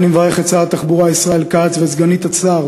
ואני מברך את שר התחבורה ישראל כץ ואת סגנית השר